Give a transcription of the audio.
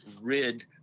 rid